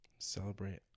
Celebrate